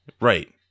Right